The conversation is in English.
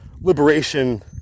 liberation